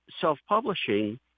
self-publishing